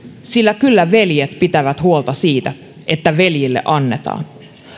sillä kyllä veljet pitävät huolta siitä että veljille annetaan